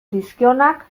dizkionak